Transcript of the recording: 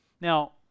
Now